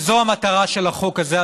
וזו המטרה של החוק הזה,